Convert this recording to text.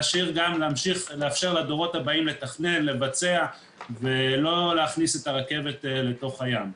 להשאיר ולאפשר לדורות הבאים לתכנן לבצע ולא להכניס את הרכבת לתוך הים,